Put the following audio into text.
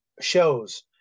shows